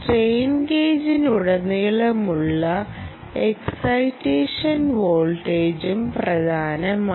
strain ഗേജിലുടനീളമുള്ള excitation വോൾട്ടേജും പ്രധാനമാണ്